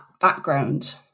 background